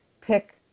pick